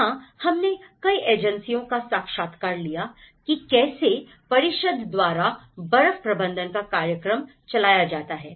वहां हमने कई एजेंसियों का साक्षात्कार लिया कि कैसे परिषद द्वारा बर्फ प्रबंधन का कार्यक्रम चलाया जाता है